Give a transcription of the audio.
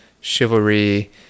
chivalry